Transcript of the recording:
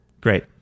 Great